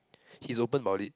he's open about it